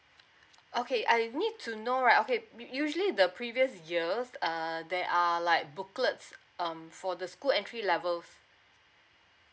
okay I need to know right okay usually the previous years err there are like booklets um for the school entry levels